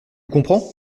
comprends